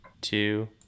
two